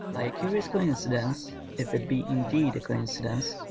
a curious coincidence, if it be indeed a coincidence,